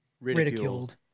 ridiculed